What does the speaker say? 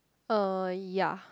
uh ya